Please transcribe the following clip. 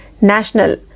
National